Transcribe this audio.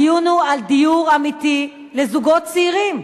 הדיון הוא על דיור אמיתי לזוגות צעירים,